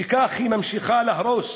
שכן היא ממשיכה להרוס